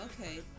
okay